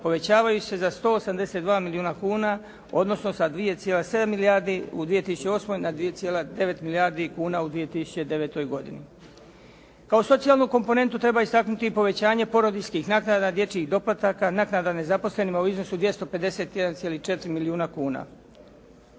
povećavaju se za 182 milijuna kuna, odnosno sa 2,7 milijardi u 2008. na 2,9 milijardi kuna u 2009. godini. Kao socijalnu komponentu treba istaknuti i povećanje porodiljskih naknada, dječjih doplataka, naknada nezaposlenima u iznosu od 251,4 milijuna kuna.